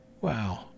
Wow